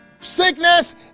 sickness